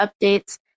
updates